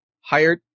hired